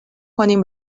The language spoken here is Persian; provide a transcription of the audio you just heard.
کنیم